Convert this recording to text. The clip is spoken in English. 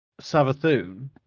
Savathun